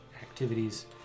activities